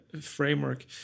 framework